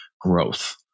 growth